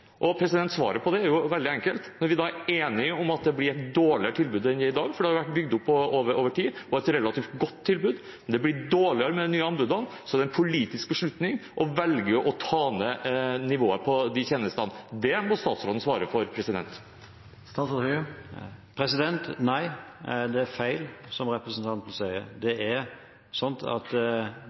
Svaret på det er veldig enkelt. Når vi er enige om at det blir et dårligere tilbud enn det er i dag, det har blitt bygd opp over tid, det er et relativt godt tilbud, og det blir dårligere med de nye anbudene, da er det en politisk beslutning å velge å redusere nivået på tjenestene. Det må statsråden svare for. Nei, det er feil det representanten sier. Det å gripe inn i denne type beslutninger – at